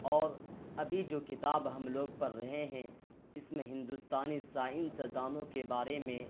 اور ابھی جو کتاب ہم لوگ پڑھ رہے ہیں اس میں ہندوستانی سائنس دانوں کے بارے میں